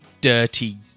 dirty